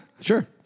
Sure